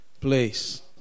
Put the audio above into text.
place